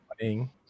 morning